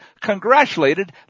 congratulated